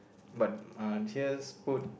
but uh here's put